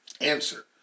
Answer